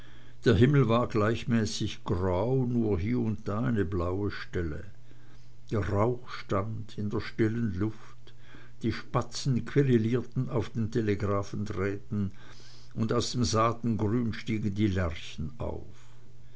der himmel war gleichmäßig grau nur hier und da eine blaue stelle der rauch stand in der stillen luft die spatzen quirilierten auf den telegraphendrähten und aus dem saatengrün stiegen die lerchen auf